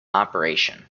operation